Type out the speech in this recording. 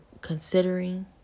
considering